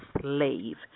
slave